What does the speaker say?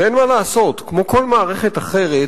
ואין מה לעשות, כמו כל מערכת אחרת,